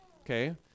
Okay